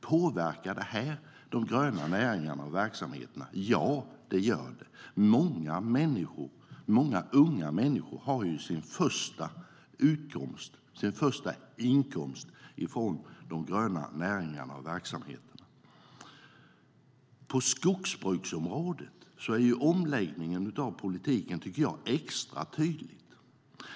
Påverkar det här de gröna näringarna och verksamheterna? Ja, det gör det. Många unga människor har sin första utkomst, sin första inkomst, i de gröna näringarna och verksamheterna. På skogsbruksområdet är omläggningen av politiken extra tydlig, tycker jag.